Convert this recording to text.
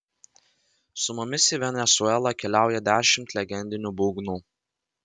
su mumis į venesuelą keliauja dešimt legendinių būgnų